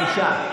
בבקשה.